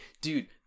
dude